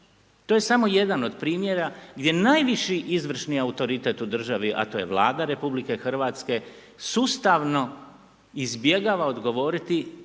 To je samo jedan od primjera gdje najviši izvršni autoritet u državi a to je Vlada RH sustavno izbjegava odgovoriti,